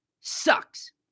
Sucks